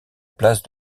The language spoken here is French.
place